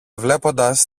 βλέποντας